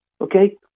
Okay